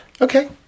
Okay